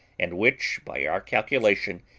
and which, by our calculation,